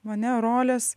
ane rolės